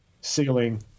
ceiling